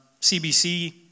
CBC